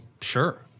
sure